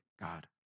God